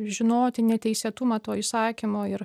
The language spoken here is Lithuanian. žinoti neteisėtumą to įsakymo ir